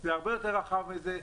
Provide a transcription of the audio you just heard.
זה הרבה יותר רחב מזה,